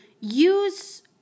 Use